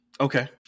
Okay